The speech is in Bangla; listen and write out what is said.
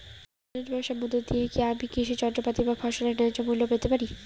অনলাইনে ব্যাবসার মধ্য দিয়ে কী আমি কৃষি যন্ত্রপাতি বা ফসলের ন্যায্য মূল্য পেতে পারি?